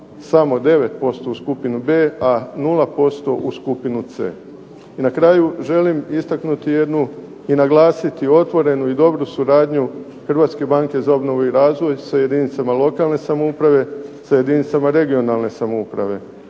samo 9% u skupinu B, a 0% u skupinu C. I na kraju želim istaknuti jednu i naglasiti dobru suradnju Hrvatske banke za obnovu i razvoj sa jedinicama lokalne samouprave, sa jedinicama regionalne samouprave.